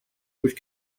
which